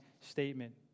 statement